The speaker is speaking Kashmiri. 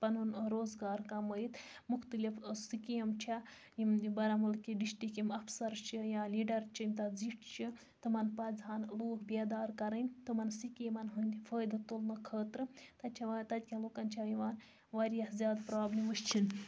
پَنُن روزگار کَمٲوِتھ مُختَلِف سکیٖم چھےٚ یِم بارامُلکہِ ڈِشٹِک یِم اَفسر چھِ یا لیٖڈر چھِ یِم تتھ زِٹھ چھِ تِمَن پَزہَن لوٗکھ بیٚدار کَرٕنۍ تِمن سکیٖمَن ہٕنٛد فٲیدٕ تُلنہٕ خٲطرٕ تَتہِ چھَ وا تتہِ کٮ۪ن لُکَن چھَ یِوان واریاہ زیادٕ پرابلم وٕچھن